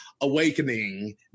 awakening